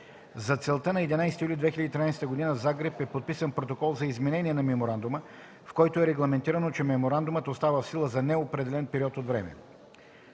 За целта на 11 юли 2013 г. в Загреб е подписан Протокол за изменение на Меморандума, в който е регламентирано, че Меморандумът остава в сила за неопределен период от време.